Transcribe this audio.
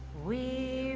we